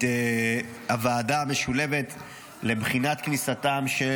את הוועדה המשולבת לבחינת כניסתם של